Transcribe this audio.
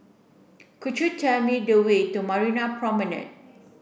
could you tell me the way to Marina Promenade